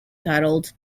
titled